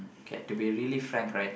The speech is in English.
okay to be really frank right